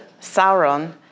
Sauron